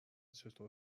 چطور